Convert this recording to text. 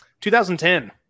2010